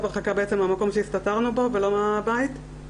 הרחקה מהמקום שהסתתרנו בו ולא מהבית.